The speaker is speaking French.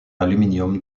aluminium